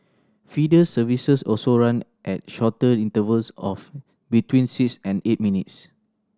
feeder services also run at shorter intervals of between six and eight minutes